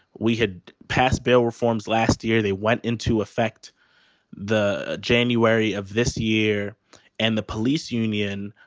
we had passed bill reforms last year. they went into effect the january of this year and the police union,